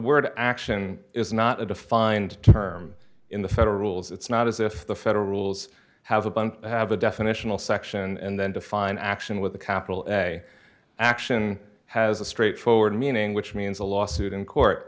word action is not a defined term in the federal rules it's not as if the federal rules have a bunch have a definitional section and then define action with a capital s a action has a straightforward meaning which means a lawsuit in court